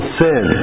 sin